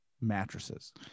mattresses